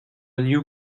new